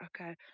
okay